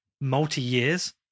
multi-years